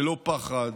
ללא פחד